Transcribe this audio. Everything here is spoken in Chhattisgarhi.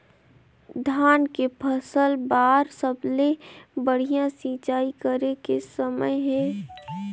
धान के फसल बार सबले बढ़िया सिंचाई करे के समय हे?